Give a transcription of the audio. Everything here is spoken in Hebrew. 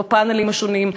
ובפאנלים השונים,